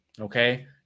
Okay